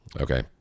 Okay